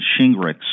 Shingrix